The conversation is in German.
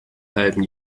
halben